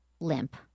limp